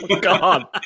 God